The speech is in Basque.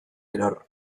eror